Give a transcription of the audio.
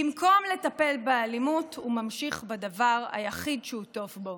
במקום לטפל באלימות הוא ממשיך בדבר היחיד שהוא טוב בו,